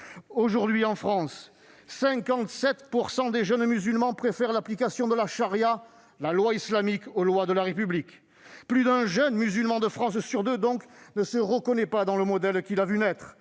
Aujourd'hui, en France, 57 % des jeunes musulmans préfèrent l'application de la charia- la loi islamique -aux lois de la République. Plus d'un jeune musulman de France sur deux ne se reconnaît donc pas dans le modèle qui l'a vu naître.